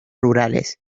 rurales